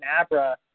Abra